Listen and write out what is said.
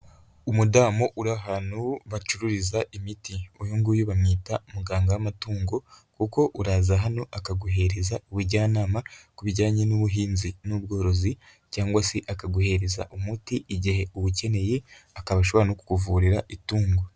Umudamu uri ahantu bacururiza imiti, uyu nguyu bamwita muganga w'amatungo kuko uraza hano akaguhereza ubujyanama, ku bijyanye n'ubuhinzi n'ubworozi cyangwa se akaguhereza umuti igihewukeneye, akaba ashobora no kukuvurira itungo.